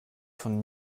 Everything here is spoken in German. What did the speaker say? von